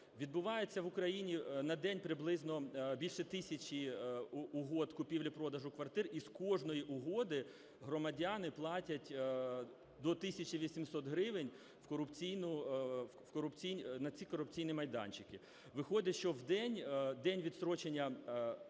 Відбувається в Україні на день приблизно більше тисячі угод купівлі-продажу квартир, і з кожної угоди громадяни платять до 1 тисячі 800 гривень на ці корупційні майданчики. Виходить, що день відстрочення…